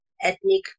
ethnic